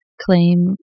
claim